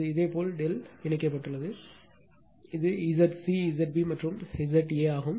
இது இதேபோல் ∆ இணைக்கப்பட்டுள்ளது இது இதேபோல் Zc Zb மற்றும் Za ஆகும்